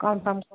confirm